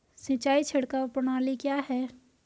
सिंचाई छिड़काव प्रणाली क्या है?